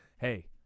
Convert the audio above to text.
Hey